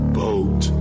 boat